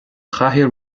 chathaoir